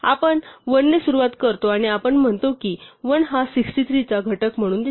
आपण 1 ने सुरुवात करतो आणि आपण म्हणतो की 1 हा 63 चा घटक म्हणून दिसतो